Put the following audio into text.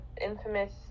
infamous